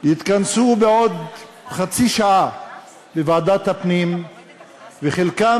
יתכנסו בעוד חצי שעה בוועדת הפנים וחלקם